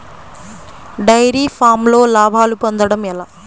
Dairy ఫామ్లో లాభాలు పొందడం ఎలా?